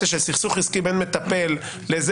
של סכסוך עסקי בין מטפל למטופל,